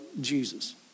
Jesus